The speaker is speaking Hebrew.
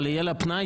אבל יהיה לה פנאי?